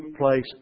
place